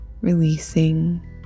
releasing